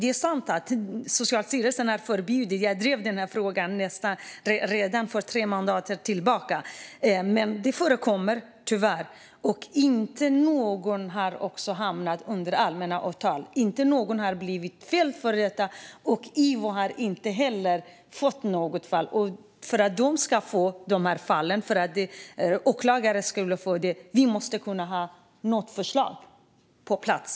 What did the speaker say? Jag har drivit den här frågan ända sedan tre mandatperioder tillbaka. Men oskuldskontroller förekommer tyvärr, och inte något fall har hamnat under allmänt åtal och ingen har blivit fälld. IVO har inte heller fått in något fall. För att åklagare ska kunna ta upp sådana fall måste vi ha en lag på plats.